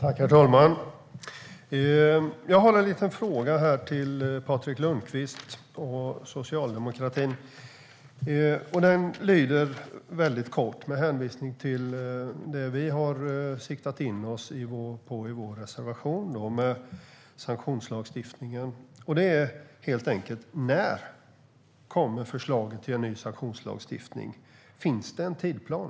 Herr talman! Jag har en fråga till Patrik Lundqvist och Socialdemokraterna. Med hänvisning till det vi har siktat in oss på i vår reservation, sanktionslagstiftningen, är frågan helt enkelt: När kommer förslaget till en ny sanktionslagstiftning? Finns det en tidsplan?